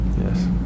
Yes